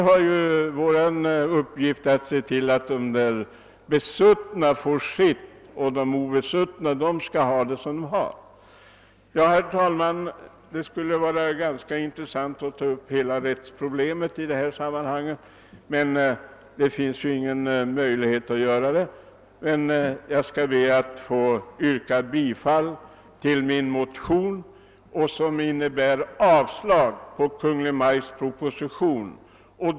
Det gäller ju att se till att de besuttna får sitt och att de obesuttna skall ha det som de har det. Herr talman! Det vore ganska intressant att ta upp hela rättsproblemet 1 det här sammanhanget, men det finns ju ingen möjlighet att göra detta. Jag ber att få yrka bifall till min motion som innebär avslag på Kungl. Maj:ts proposition.